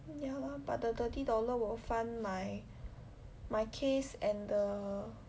ya lah but the thirty dollar will fund my my case and the